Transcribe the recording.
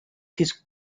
his